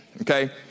okay